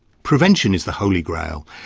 prevention is the holy grail.